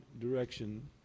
direction